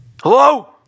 Hello